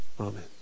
Amen